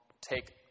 take